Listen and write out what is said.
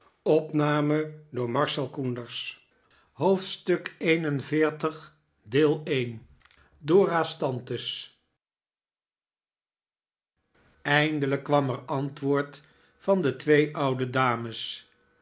eindelijk kwam er antwoord van de twee oude dames